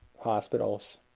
hospitals